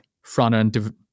front-end